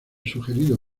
sugerido